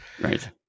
right